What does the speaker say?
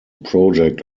project